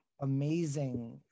amazing